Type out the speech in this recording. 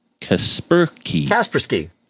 Kaspersky